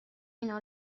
اینا